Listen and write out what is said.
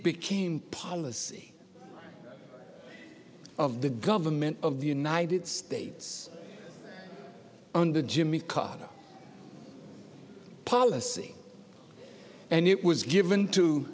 became policy of the government of the united states under jimmy carter policy and it was given to